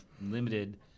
limited